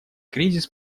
кризис